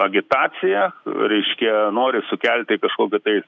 agitacija reiškia nori sukelti kažkokį tai